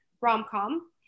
rom-com